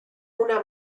una